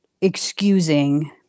excusing